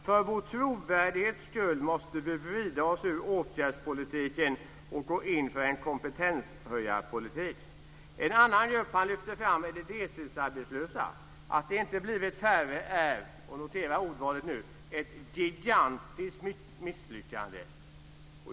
För vår trovärdighets skull måste vi vrida oss ur åtgärdspolitiken och gå in för en kompetenshöjarpolitik." En annan grupp han lyfter fram är de deltidsarbetslösa. Han säger: "Att de inte blivit färre är" - notera nu ordvalet - "ett gigantiskt misslyckande."